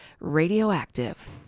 Radioactive